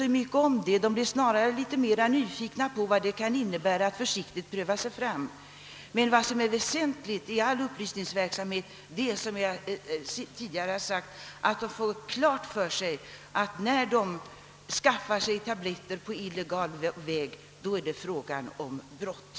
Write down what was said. Snarare kan de bli ännu mera nyfikna på vad det kan innebära att pröva på narkotika. Som jag tidigare sagt är det väsentliga i all upplysningsverksamhet att ungdomarna får klart för sig att när de skaffar sig tabletter på illegal väg, så rör det sig om ett brott.